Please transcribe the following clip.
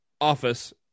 office